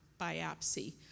biopsy